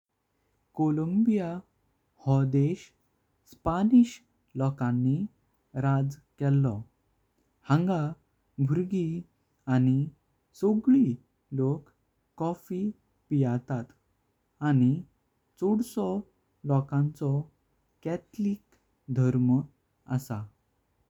Colombia गो देश Spanish लोकांनी राज्य केल हांगा भगुंरी आणी सगळी लोक कॉफी पियतात। आणी चौदसो लोकाचो कॅथोलिक धर्म आस।